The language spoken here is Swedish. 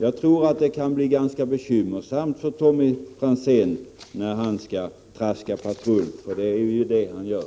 Jag tror att det kan bli ganska bekymmersamt för Tommy Franzén att traska patrull, för det är ju vad han gör.